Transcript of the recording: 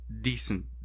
decent